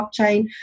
blockchain